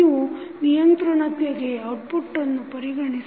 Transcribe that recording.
ನೀವು ನಿಯಂತ್ರಣತೆಗೆ ಔಟ್ಪುಟ್ಟನ್ನು ಪರಿಗಣಿಸಿ